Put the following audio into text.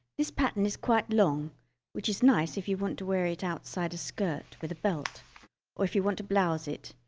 this pattern is quite long which is nice if you want to wear it outside a skirt with a belt or if you want to blouse it